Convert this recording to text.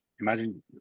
Imagine